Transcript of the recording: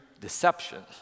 deception